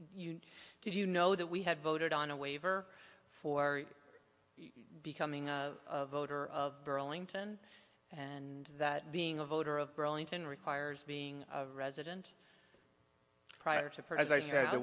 you did you know that we had voted on a waiver for becoming a voter of burlington and that being a voter of burlington requires being a resident prior to